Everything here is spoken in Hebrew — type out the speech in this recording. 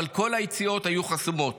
אבל כל היציאות היו חסומות.